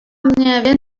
mnie